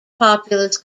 populous